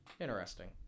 Interesting